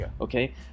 okay